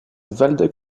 waldeck